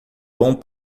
bom